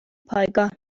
پایگاه